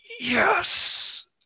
yes